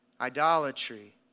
idolatry